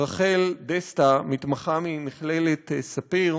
רחל בסטה, מתמחה ממכללת ספיר,